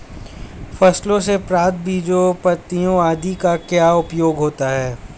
फसलों से प्राप्त बीजों पत्तियों आदि का क्या उपयोग होता है?